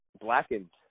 Blackened